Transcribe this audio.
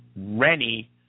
Rennie